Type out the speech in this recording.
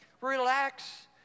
Relax